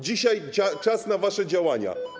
Dzisiaj czas na wasze działania.